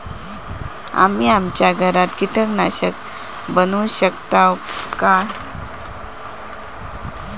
आम्ही आमच्या घरात कीटकनाशका बनवू शकताव काय?